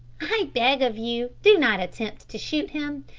i beg of you do not attempt to shoot him.